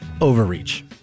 overreach